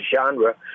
genre